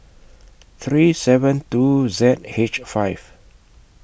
three seven two Z H five